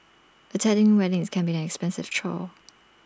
attending weddings can be an expensive chore